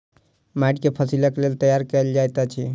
माइट के फसीलक लेल तैयार कएल जाइत अछि